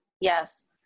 yes